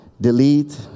delete